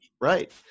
right